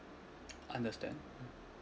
understand